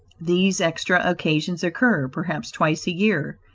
these extra occasions occur, perhaps, twice a year.